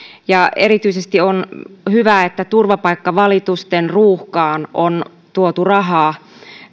ja erityisesti on hyvää että turvapaikkavalitusten ruuhkaan on tuotu rahaa